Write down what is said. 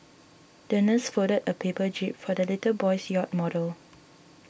the nurse folded a paper jib for the little boy's yacht model